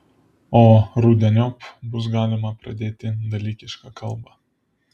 o rudeniop bus galima pradėti dalykišką kalbą